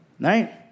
right